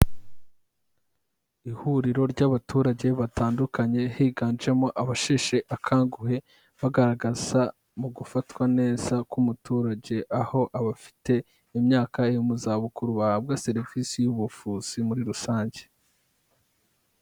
Ihuriro ry'abaturage batandukanye higanjemo abasheshe akanguhe bagaragaza mu gufatwa neza k'umuturage, aho abafite imyaka yo mu zabukuru bahabwa serivisi y'ubuvuzi muri rusange.